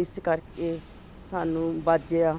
ਇਸ ਕਰਕੇ ਸਾਨੂੰ ਵਾਜਿਆ